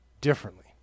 differently